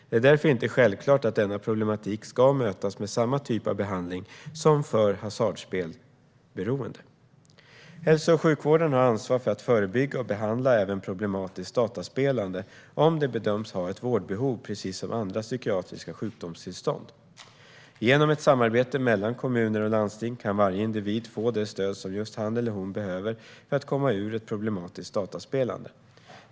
Det är därför inte självklart att denna problematik ska mötas med samma typ av behandling som hasardspelberoende. Hälso och sjukvården har ansvar för att förebygga och behandla även problematiskt dataspelande om det bedöms finnas ett vårdbehov, precis som vid andra psykiatriska sjukdomstillstånd. Genom ett samarbete mellan kommuner och landsting kan varje individ få det stöd som just han eller hon behöver för att komma ur ett problematiskt dataspelande.